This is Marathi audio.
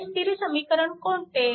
हे स्थिर समीकरण कोणते